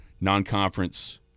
non-conference